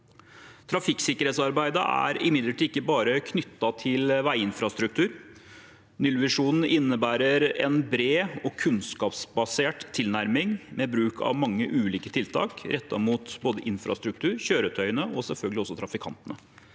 Trafikksikkerhetsarbeidet er imidlertid ikke bare knyttet til veiinfrastruktur. Nullvisjonen innebærer en bred og kunnskapsbasert tilnærming med bruk av mange ulike tiltak rettet mot både infrastruktur, kjøretøyene og selvfølgelig også trafikantene.